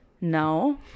No